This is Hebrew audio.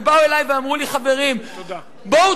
ובאו אלי ואמרו לי חברים: בוא,